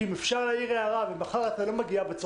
כי אם אפשר להעיר הערה ומחר התלמיד יגיע לבוש